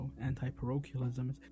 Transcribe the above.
anti-parochialism